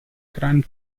grand